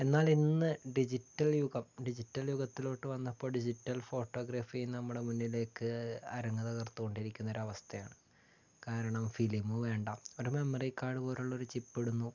എന്നാൽ ഇന്ന് ഡിജിറ്റൽ യുഗം ഡിജിറ്റൽ യുഗത്തിലോട്ട് വന്നപ്പോൾ ഡിജിറ്റൽ ഫോട്ടോഗ്രാഫി നമ്മുടെ മുന്നിലേക്ക് അരങ്ങ് തകർത്തുകൊണ്ടിരിക്കുന്ന ഒരവസ്ഥയാണ് കാരണം ഫിലിം വേണ്ട ഒരു മെമ്മറി കാർഡ് പോലുള്ള ചിപ്പിടുന്നു